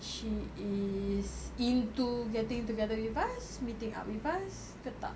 she is into getting together with us meeting up with us ke tak